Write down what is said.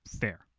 fair